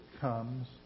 comes